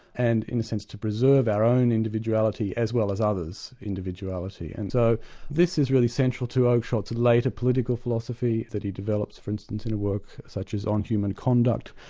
and in a sense to preserve our own individuality as well as others' individuality, and so this is really central to oakeshott's later political philosophy that he develops for instance in work such as on human conduct,